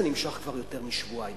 זה נמשך כבר יותר משבועיים,